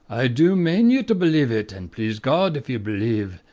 i do mane ye to b'lieve it an' please god, if ye'll b'lieve,